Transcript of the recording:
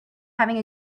having